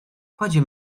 kładzie